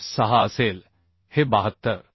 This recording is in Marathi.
86 असेल हे 72